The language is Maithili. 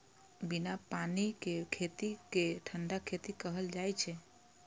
बिना पानि के खेती कें ठंढा खेती कहल जाइ छै